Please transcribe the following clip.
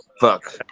Fuck